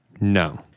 No